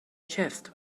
chest